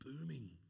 booming